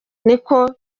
niko